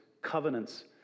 covenants